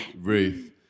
Ruth